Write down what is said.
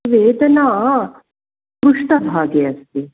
वेदना पृष्टभागे अस्ति